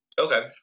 okay